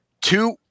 Two